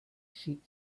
sheep